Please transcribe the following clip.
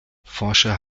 forscher